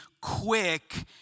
quick